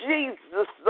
Jesus